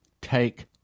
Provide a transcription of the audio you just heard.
take